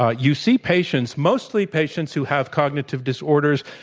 ah you see patients mostly patients who have cognitive disorders.